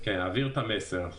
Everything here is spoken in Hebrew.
אעביר את המסר.